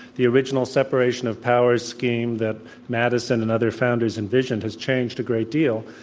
the original separation of powers scheme that madison and other founders envisioned has changed a great deal.